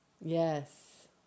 Yes